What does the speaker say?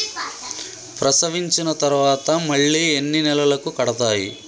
ప్రసవించిన తర్వాత మళ్ళీ ఎన్ని నెలలకు కడతాయి?